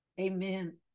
Amen